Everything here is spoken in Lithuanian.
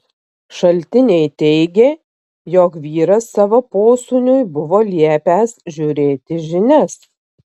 šaltiniai teigė jog vyras savo posūniui buvo liepęs žiūrėti žinias